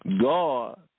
God